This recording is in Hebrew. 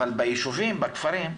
אבל ביישובים, בכפרים,